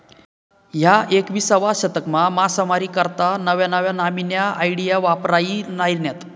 ह्या एकविसावा शतकमा मासामारी करता नव्या नव्या न्यामीन्या आयडिया वापरायी राहिन्यात